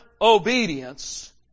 obedience